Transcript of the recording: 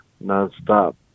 non-stop